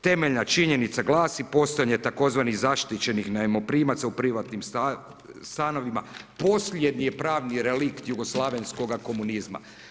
Temeljna činjenica glasi: „Postojanje tzv. zaštićenih najmoprimaca u privatnim stanovima posljednji je pravni relikt jugoslavenskoga komunizma.